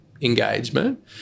engagement